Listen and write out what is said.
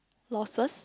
losses